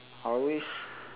I always